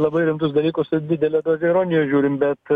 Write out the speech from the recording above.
labai rimtus dalykus su didele doze ironijos žiūrim bet